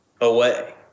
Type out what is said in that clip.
away